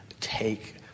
take